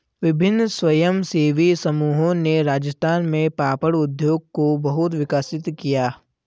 विभिन्न स्वयंसेवी समूहों ने राजस्थान में पापड़ उद्योग को बहुत विकसित किया